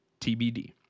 TBD